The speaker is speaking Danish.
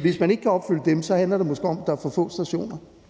Hvis man ikke kan opfylde dem, handler det måske om, at der er for få stationer.